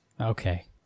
Okay